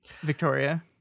Victoria